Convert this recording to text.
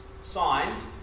signed